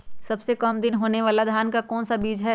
सबसे काम दिन होने वाला धान का कौन सा बीज हैँ?